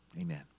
Amen